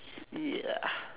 ya